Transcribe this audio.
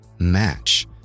match